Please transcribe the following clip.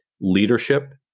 leadership